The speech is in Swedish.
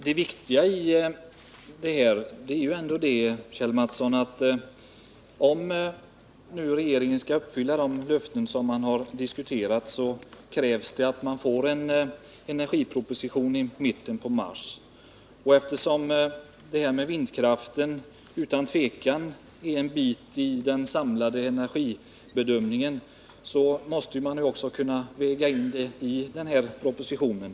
Herr talman! Det viktiga i detta, Kjell Mattsson, är ändå att för att regeringen skall kunna uppfylla de löften som har diskuterats krävs det att den avger en energiproposition i slutet av mars. Eftersom vindkraften otvivelaktigt måste tas med vid den samlade energibedömningen måste den också vägas in i propositionen.